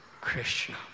Krishna